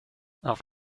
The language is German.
auf